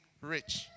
rich